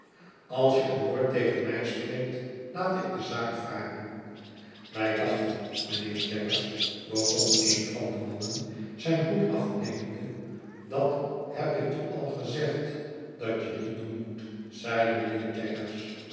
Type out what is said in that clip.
als je een woord tegen mij spreekt laat ik de zaak varen wij dachten mynheer jaggers begon een van de mannen zijn hoed afnemende dat heb ik je al gezegd dat je niet doen moest zeide mijnheer